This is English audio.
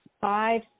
five